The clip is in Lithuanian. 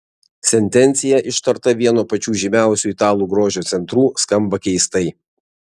sentencija ištarta vieno pačių žymiausių italų grožio centrų skamba keistai